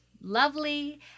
lovely